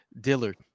dillard